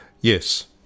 Yes